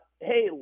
hey